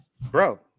Bro